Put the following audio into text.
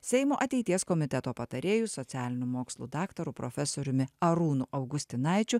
seimo ateities komiteto patarėju socialinių mokslų daktaru profesoriumi arūnu augustinaičiu